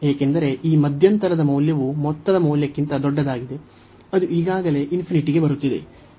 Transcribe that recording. ಏಕೆಂದರೆ ಈ ಮಧ್ಯಂತರದ ಮೌಲ್ಯವು ಮೊತ್ತದ ಮೌಲ್ಯಕ್ಕಿಂತ ದೊಡ್ಡದಾಗಿದೆ ಅದು ಈಗಾಗಲೇ ಗೆ ಬರುತ್ತಿದೆ